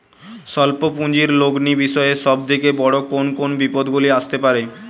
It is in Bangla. স্বল্প পুঁজির লগ্নি বিষয়ে সব থেকে বড় কোন কোন বিপদগুলি আসতে পারে?